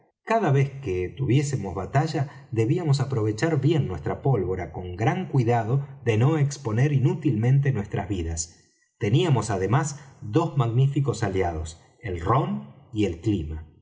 cada vez que tuviésemos batalla debíamos aprovechar bien nuestra pólvora con gran cuidado de no exponer inútilmente nuestras vidas teníamos además dos magníficos aliados el rom y el clima